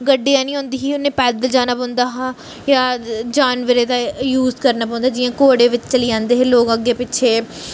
गड्डियां नेईं होंदी ही उ'नें पैदल जाना पौंदा हा जां जानबरें दा यूज़ करना पौंदा हा जियां घोड़े बिच चली जन्दे हे लोग अग्गें पिच्छे